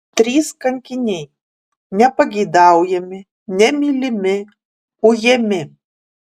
trys kankiniai nepageidaujami nemylimi ujami